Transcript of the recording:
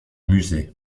musée